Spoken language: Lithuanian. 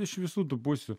iš visų tų pusių